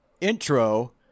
intro